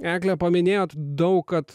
egle paminėjot daug kad